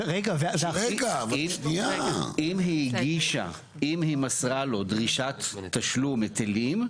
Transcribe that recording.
אם היא מסרה לו דרישת תשלום היטלים.